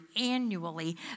annually